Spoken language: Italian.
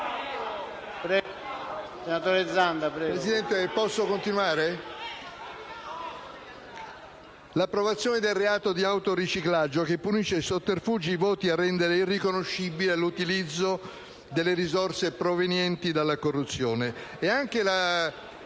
Presidente, posso continuare? L'approvazione del reato di autoriciclaggio che punisce i sotterfugi volti a rendere irriconoscibile l'utilizzo delle risorse provenienti dalla corruzione.